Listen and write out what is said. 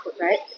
right